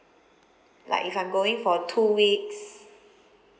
like if I'm going for two weeks